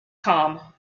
com